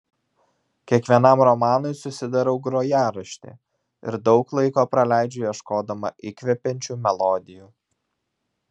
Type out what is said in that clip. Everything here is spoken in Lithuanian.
kiekvienam romanui susidarau grojaraštį ir daug laiko praleidžiu ieškodama įkvepiančių melodijų